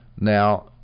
Now